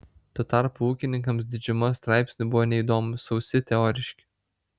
tuo tarpu ūkininkams didžiuma straipsnių buvo neįdomūs sausi teoriški